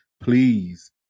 please